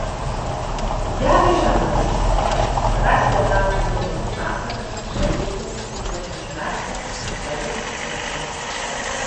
geras ženklas rasti ar gauti dovanų pasagą virvutę ypač užmegztą juostelę diržą